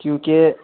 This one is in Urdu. کیونکہ